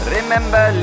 Remember